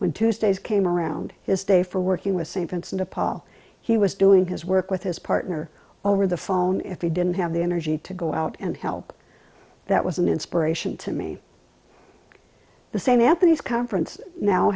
when tuesdays came around his day for working with st vincent de paul he was doing his work with his partner over the phone if he didn't have the energy to go out and help that was an inspiration to me the same anthony's conference now